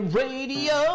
radio